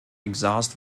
exhaust